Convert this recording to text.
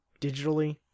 digitally